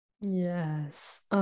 Yes